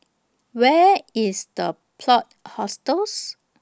Where IS The Plot Hostels